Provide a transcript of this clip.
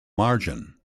margin